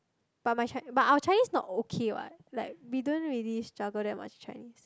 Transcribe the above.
but my Chi~ but our Chinese not okay what like we don't really struggle that much with Chinese